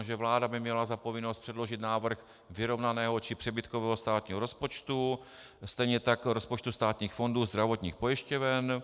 Takže vláda by měla za povinnost předložit návrh vyrovnaného či přebytkového státního rozpočtu, stejně tak rozpočtů státních fondů, zdravotních pojišťoven.